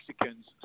Mexicans